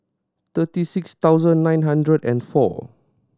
thirty six thousand nine hundred and four